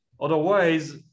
otherwise